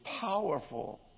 powerful